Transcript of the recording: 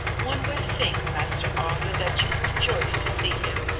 one would think, master arthur, that you'd rejoice to see him,